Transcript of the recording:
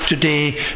today